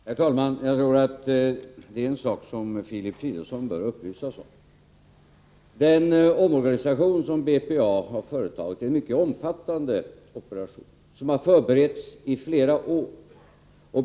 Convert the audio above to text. Herr talman! Jag tror att det är en sak som Filip Fridolfsson bör upplysas om. Den omorganisation som BPA har företagit är en mycket omfattande operation, som har förberetts i flera år.